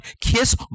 Kiss